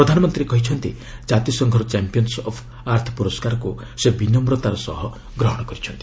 ପ୍ରଧାନମନ୍ତ୍ରୀ କହିଛନ୍ତି କାତିସଂଘର ଚାମ୍ପିୟନ୍ସ ଅଫ୍ ଆର୍ଥ ପୁରସ୍କାରକୁ ସେ ବିନମ୍ରତାର ସହ ଗ୍ରହଣ କରିଛନ୍ତି